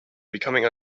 becoming